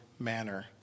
Manner